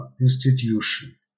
institution